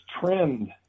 trend